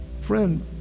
Friend